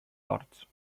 horts